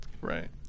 Right